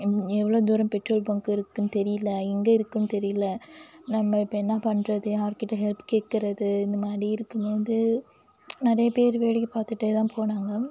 எவ்வளோ தூரம் petrol bunk இருக்குதுன்னு தெரியல எங்கே இருக்குதுன்னு தெரியல நம்ம இப்போ என்ன பண்ணுறது யார்கிட்டே ஹெல்ப் கேட்கறது இந்த மாதிரி இருக்கும் போது நிறையா பேர் வேடிக்கை பார்த்துட்டே தான் போனாங்க